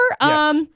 Yes